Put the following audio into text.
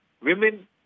women